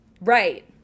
Right